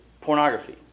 pornography